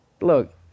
look